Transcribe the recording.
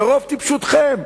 ברוב טיפשותכם,